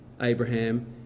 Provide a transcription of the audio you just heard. Abraham